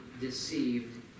deceived